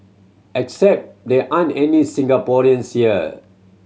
except there aren't any Singaporeans here